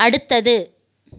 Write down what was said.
அடுத்தது